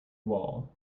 wall